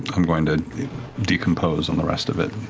i'm going to decompose on the rest of it.